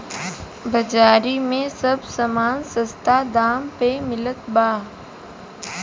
बाजारी में सब समान सस्ता दाम पे मिलत बा